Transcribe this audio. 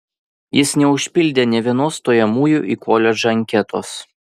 jis neužpildė nė vienos stojamųjų į koledžą anketos